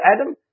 Adam